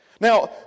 Now